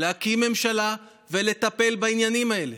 להקים ממשלה ולטפל בעניינים האלה?